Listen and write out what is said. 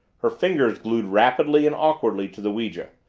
her fingers glued rigidly and awkwardly to the ouija.